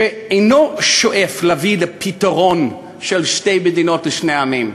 שאינו שואף להביא לפתרון של שתי מדינות לשני עמים.